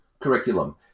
curriculum